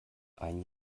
ein